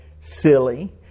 silly